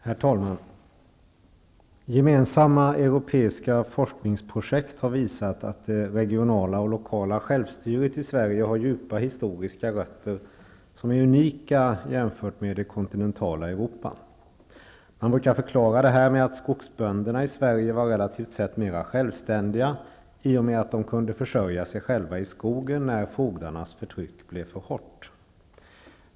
Herr talman! Gemensamma europeiska forskningsprojekt har visat att det regionala och lokala självstyret i Sverige har djupa historiska rötter, som är unika jämfört med traditionen i det kontinentala Europa. Man brukar förklara detta med att skogsbönderna i Sverige var relativt sett mer självständiga i och med att de kunde försörja sig själva i skogen när fogdarnas förtryck blev för hårt.